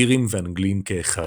איריים ואנגליים כאחד.